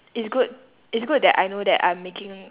it's good it's good that I know that I'm making